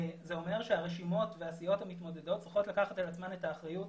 זה אומר שהרשימות והסיעות המתמודדות צריכות לקחת על עצמן את האחריות